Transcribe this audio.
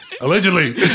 Allegedly